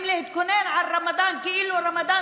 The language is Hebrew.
אומרים שצריך להתכונן לרמדאן כאילו רמדאן